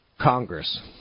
Congress